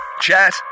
chat